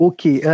Okay